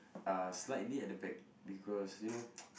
uh slightly at the back because you know